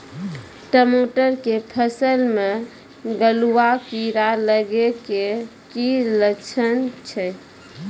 टमाटर के फसल मे गलुआ कीड़ा लगे के की लक्छण छै